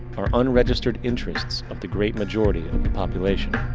are unregistered interests of the great majority of the population.